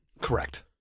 Correct